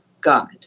God